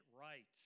right